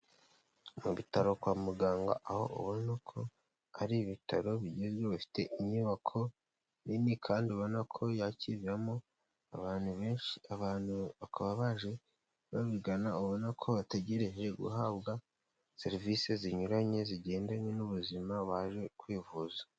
Mu bitaro kwa muganga, aho ubona ko ari ibitaro bigezweho bifite inyubako nini kandi ubona ko yakiriramo abantu benshi, abantu bakaba baje babigana ubona ko bategereje guhabwa serivisi zinyuranye zigendanye n'ubuzima, baje kwivuza.